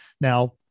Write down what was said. now